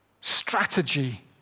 strategy